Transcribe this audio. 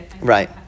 Right